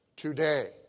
Today